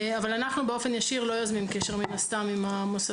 אנחנו לא יוזמים קשר באופן ישיר עם המוסדות.